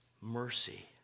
mercy